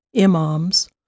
imams